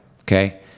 okay